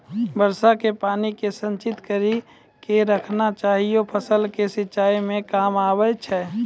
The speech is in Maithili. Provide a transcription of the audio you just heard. वर्षा के पानी के संचित कड़ी के रखना चाहियौ फ़सल के सिंचाई मे काम आबै छै?